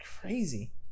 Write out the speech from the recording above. crazy